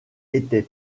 était